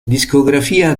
discografia